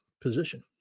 position